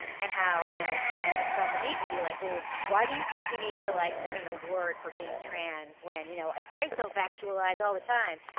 and how, you know, ben just felt the need to be like, well, why do you think you need to, like, win an award for being trans when, you know, i i self actualize all the time?